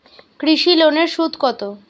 কৃষি লোনের সুদ কত?